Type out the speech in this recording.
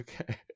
okay